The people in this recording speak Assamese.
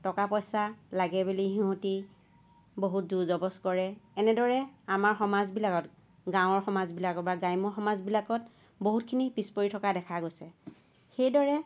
টকা পইচা লাগে বুলি সিহঁতি বহুত জোৰ জবছ কৰে এনেদৰে আমাৰ সমাজবিলাকত গাঁৱৰ সমাজবিলাকত বা গ্ৰাম্য সমাজবিলাকত বহুতখিনি পিছ পৰি থকা দেখা গৈছে সেইদৰে